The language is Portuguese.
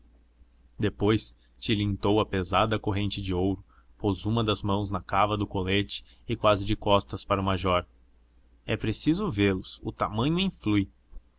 mande os depois tilintou a pesada corrente de ouro pôs uma das mãos na cava do colete e quase de costas para o major é preciso vê-los o tamanho influi